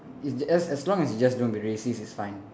it's just as long as you just don't be racist it's fine